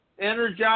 energize